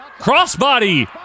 Crossbody